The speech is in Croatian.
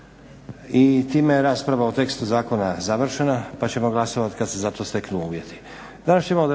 I time je rasprava o tekstu zakona završena pa ćemo glasovat kad se za to steknu uvjeti.